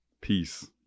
peace